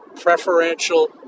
preferential